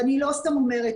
ואני לא סתם אומרת.